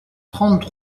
trente